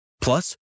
Plus